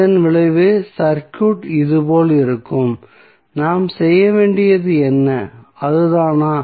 இதன் விளைவாக சர்க்யூட் இதுபோல் இருக்கும் நாம் செய்ய வேண்டியது அதுதானா